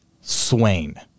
Swain